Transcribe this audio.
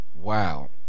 Wow